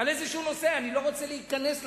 זה על נושא כלשהו, אני לא רוצה להיכנס לנושאים,